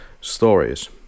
stories